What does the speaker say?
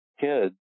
Kids